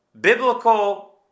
biblical